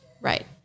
Right